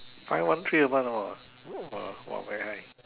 five one three a month ah !wah! very high